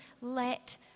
let